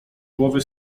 głowy